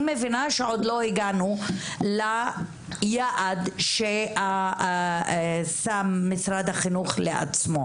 אני מבינה שעוד לא הגענו ליעד ששם משרד החינוך לעצמו.